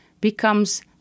becomes